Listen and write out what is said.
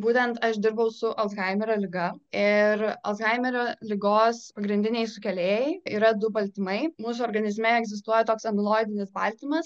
būtent aš dirbau su alzheimerio liga ir alzheimerio ligos pagrindiniai sukelėjai yra du baltymai mūsų organizme egzistuoja toks amiloidinis baltymas